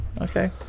okay